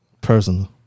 Personal